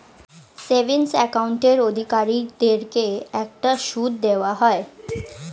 savings অ্যাকাউন্টের অধিকারীদেরকে একটা সুদ দেওয়া হয়